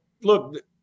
look –